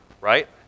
right